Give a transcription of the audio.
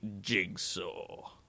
jigsaw